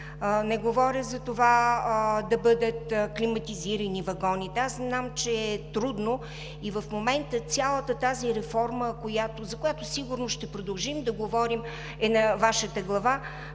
не говоря за това да бъдат климатизирани вагоните. Аз знам, че е трудно и в момента цялата тази реформа, за която сигурно ще продължим да говорим, е на Вашата глава,